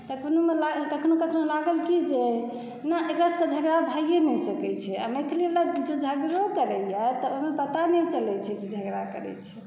तऽ कखनो कखनो लागल कि जे नहि एकरा सभकेँ झगड़ा भइए नहि सकै छै आ मैथिल लोग झगड़ो करयए तऽ ओहिमऽ पता नहि चलैत छै जे झगड़ा करैत छै